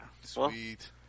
Sweet